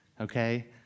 okay